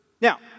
Now